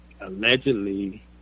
allegedly